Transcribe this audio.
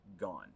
Gone